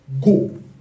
Go